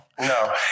No